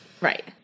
Right